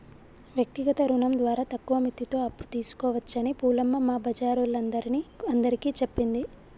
వ్యక్తిగత రుణం ద్వారా తక్కువ మిత్తితో అప్పు తీసుకోవచ్చని పూలమ్మ మా బజారోల్లందరిని అందరికీ చెప్పింది